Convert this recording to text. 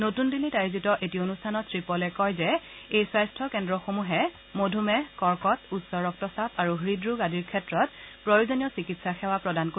নতুন দিল্লীত আয়োজিত এটা অনুষ্ঠানত শ্ৰীপলে কয় যে এই স্বাস্থ্যকেন্দ্ৰসমূহে মধুমেহ কৰ্কট উচ্চ ৰক্তচাপ আৰু হৃদৰোগ আদিৰ ক্ষেত্ৰত প্ৰয়োজনীয় চিকিৎসা সেৱা প্ৰদান কৰিব